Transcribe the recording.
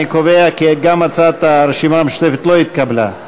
אני קובע כי גם הצעת הרשימה המשותפת לא התקבלה.